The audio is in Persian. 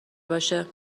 باشه